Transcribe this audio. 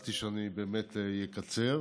הבטחתי שאני באמת אקצר,